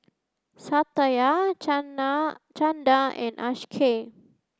Satya Chanda and Akshay